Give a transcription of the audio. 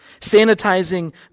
Sanitizing